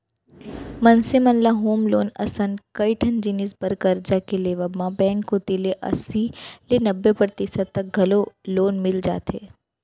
मनसे मन ल होम लोन असन कइ ठन जिनिस बर करजा के लेवब म बेंक कोती ले अस्सी ले नब्बे परतिसत तक घलौ लोन मिल जाथे